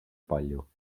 palju